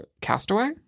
Castaway